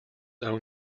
own